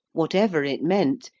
whatever it meant,